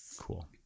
cool